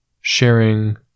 sharing